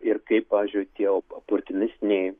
ir kaip pavyzdžiui tie oportunistiniai